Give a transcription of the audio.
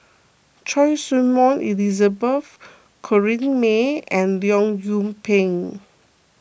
Choy Su Moi Elizabeth Corrinne May and Leong Yoon Pin